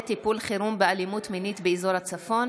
טיפול חירום באלימות מינית באזור הצפון.